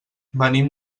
venim